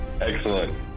excellent